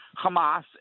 Hamas